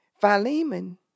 Philemon